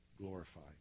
glorified